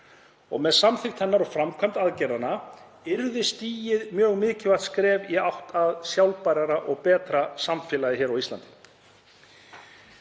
Með samþykkt hennar og framkvæmd aðgerðanna yrði stigið mikilvægt skref í átt að sjálfbærara og betra samfélagi hér á Íslandi.